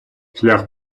шлях